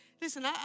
listen